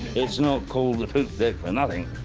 it's not called the poop deck for nothing,